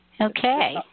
Okay